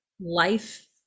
life